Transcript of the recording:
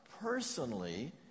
personally